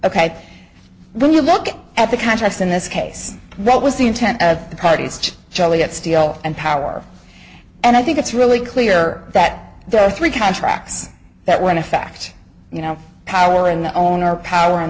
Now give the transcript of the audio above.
ok when you look at the contrast in this case what was the intent of the parties to joliet steel and power and i think it's really clear that there are three contracts that were in effect you know power in their own or power